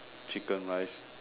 chicken rice